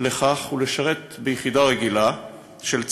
לכך ולשרת ביחידה רגילה של צה״ל,